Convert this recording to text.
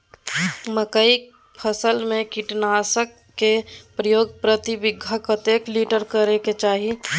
मकई फसल में कीटनासक के प्रयोग प्रति बीघा कतेक लीटर करय के चाही?